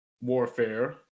Warfare